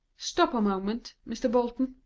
stop a moment, mr. bolton,